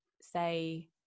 say